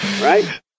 Right